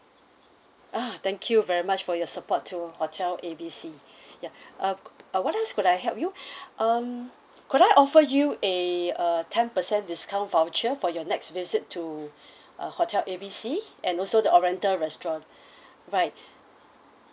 ah thank you very much for your support to hotel A B C ya uh uh what else could I help you um could I offer you a a ten percent discount voucher for your next visit to uh hotel A B C and also the oriental restaurant right